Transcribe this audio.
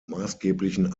maßgeblichen